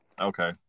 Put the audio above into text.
Okay